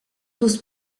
tous